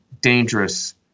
dangerous